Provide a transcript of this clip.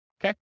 okay